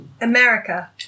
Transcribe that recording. America